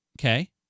okay